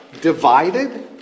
divided